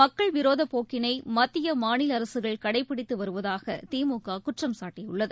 மக்கள் விரோத போக்கினை மத்திய மாநில அரசுகள் கடைபிடித்து வருவதாக திமுக குற்றம் சாட்டியுள்ளது